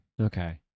Okay